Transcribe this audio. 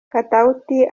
katauti